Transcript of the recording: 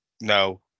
no